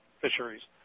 fisheries